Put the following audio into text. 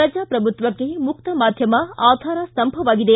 ಪ್ರಜಾಪ್ರಭುತ್ವಕ್ಕೆ ಮುಕ್ತ ಮಾಧ್ಯಮ ಆಧಾರ ಸ್ತಂಭವಾಗಿದೆ